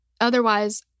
Otherwise